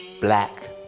Black